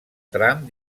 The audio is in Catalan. tram